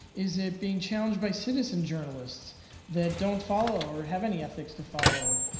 is it being challenged by citizen journalists that don't follow or have any ethics to follow?